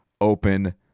open